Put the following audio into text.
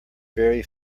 very